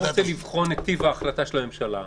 רוצה לבחון את טיב ההחלטה של הממשלה,